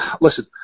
listen